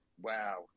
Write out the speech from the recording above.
Wow